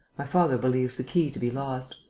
my father believes the key to be lost.